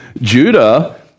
Judah